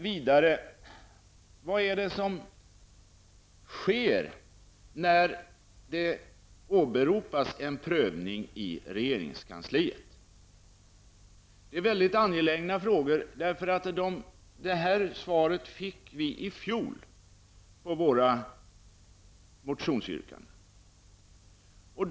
Vad är det som sker när en prövning i regeringskansliet åberopas? Detta är mycket angelägna frågor. Det här svaret fick vi i fjol på våra motionsyrkanden.